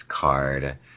card